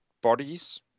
bodies